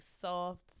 soft